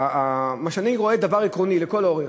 מה שאני רואה, דבר עקרוני לכל האורך,